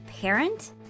parent